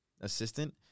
assistant